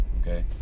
okay